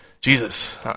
Jesus